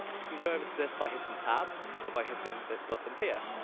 we can go over to this by hitting tab or by hitting this button here.